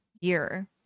year